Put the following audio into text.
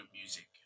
music